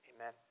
Amen